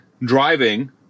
driving